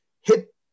hit